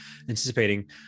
anticipating